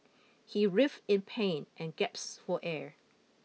he writhe in pain and gaps for air